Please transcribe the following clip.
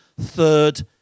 third